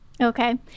Okay